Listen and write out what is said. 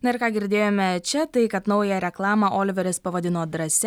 na ir ką girdėjome čia tai kad naują reklamą oliveris pavadino drąsia